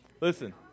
Listen